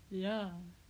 ya